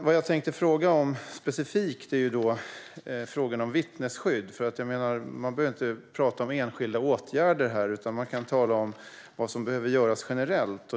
Vad jag tänkte fråga om specifikt är vittnesskydd. Man behöver inte prata om enskilda åtgärder här, utan man kan tala om vad som behöver göras generellt.